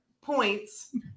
points